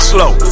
Slow